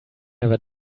never